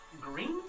green